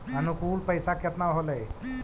अनुकुल पैसा केतना होलय